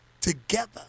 together